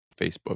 facebook